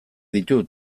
ditu